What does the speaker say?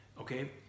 okay